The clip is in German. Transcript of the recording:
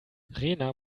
rena